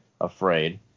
afraid